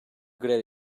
grev